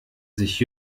sich